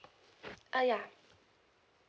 uh ya